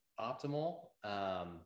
optimal